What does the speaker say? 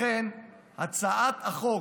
לכן, הצעת החוק